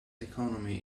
economy